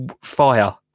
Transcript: fire